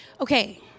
Okay